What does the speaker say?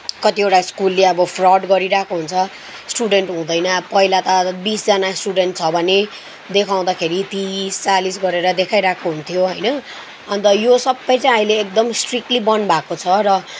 कतिवटा स्कुलले अब फ्रड गरिरहेको हुन्छ स्टुडेन्ट हुँदैन पहिला त अब बिसजाना स्टुडेन्ट छ भने देखाउँदाखेरि तिस चालिस गरेर देखाइरहेको हुन्थ्यो होइन अन्त यो सबै चाहिँ आहिले एकदम स्ट्रिकली बन्द भएको छ र